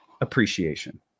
appreciation